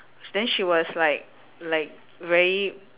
then she was like like very